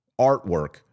artwork